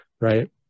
right